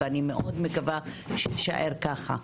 ואני מאוד מקווה שהיא תישאר כך.